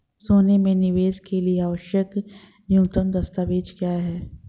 सोने में निवेश के लिए आवश्यक न्यूनतम दस्तावेज़ क्या हैं?